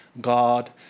God